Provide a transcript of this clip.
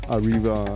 Arriva